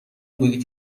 بود